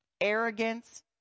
arrogance